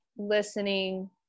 listening